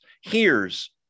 hears